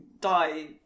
die